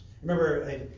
Remember